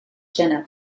jenna